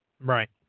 Right